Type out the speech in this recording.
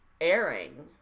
airing